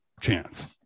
chance